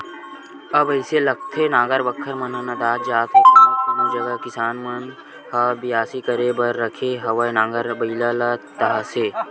अब अइसे लागथे नांगर बखर मन ह नंदात जात हे कोनो कोनो जगा किसान मन ह बियासी करे बर राखे हवय नांगर बइला ला ताहले